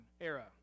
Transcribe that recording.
era